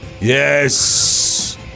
Yes